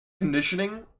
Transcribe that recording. conditioning